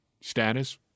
status